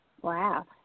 Wow